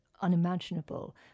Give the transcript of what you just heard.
unimaginable